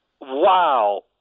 wow